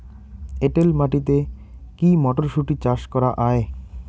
এটেল মাটিতে কী মটরশুটি চাষ করা য়ায়?